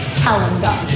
calendar